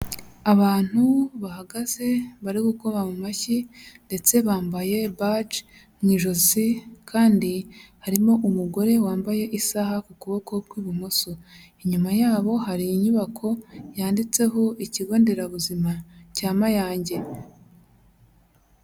Abantu bahagaze bari gukoma mu mashyi ndetse bambaye baji mu ijosi kandi harimo umugore wambaye isaha ku kuboko kw'ibumoso, inyuma yabo hari inyubako yanditseho ikigo nderabuzima cya Mayange.